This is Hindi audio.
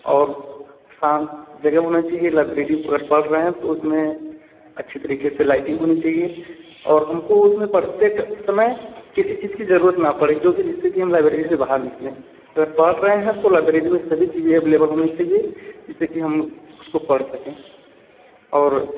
और शांत जगह होना चाहिए लाइब्रेरी अगर पढ़ रहे हैं तो उसमें अच्छे तरीके से लाइटिंग होनी चाहिए और हमको उसमें पढ़ते समय किसी चीज की जरूरत ना पड़े जो कि जिससे कि हम लाइब्रेरी से बाहर निकले अगर पढ़ रहे हैं तो लाइब्रेरी में सभी चीज़ें एवलेबल होनी चाहिए जिससे कि हम उसको पढ़ सकें और